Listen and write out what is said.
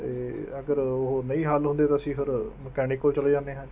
ਅਤੇ ਅਗਰ ਉਹ ਨਹੀਂ ਹੱਲ ਹੁੰਦੇ ਤਾਂ ਅਸੀਂ ਫਿਰ ਮਕੈਨਿਕ ਕੋਲ਼ ਚਲੇ ਜਾਂਦੇ ਹਾਂ